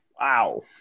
Wow